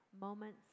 moments